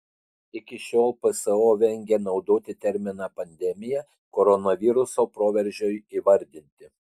iki šiol pso vengė naudoti terminą pandemija koronaviruso proveržiui įvardinti